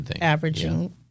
averaging